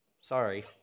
Sorry